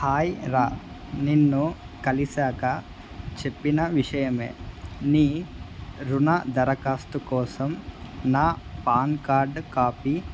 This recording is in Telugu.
హాయ్ రా నిన్ను కలిశాక చెప్పిన విషయమే నీ రుణ దరఖాస్తు కోసం నా పాన్ కార్డ్ కాపీ